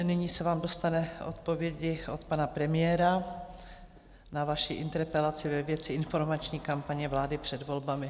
Nyní se vám dostane odpovědi od pana premiéra na vaši interpelaci ve věci informační kampaně vlády před volbami.